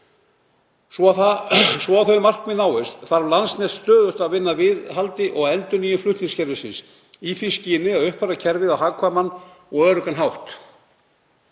Svo að þau markmið náist þarf Landsnet stöðugt að vinna að viðhaldi og endurnýjun flutningskerfisins í því skyni að uppfæra kerfið á hagkvæman og öruggan hátt.